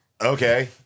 okay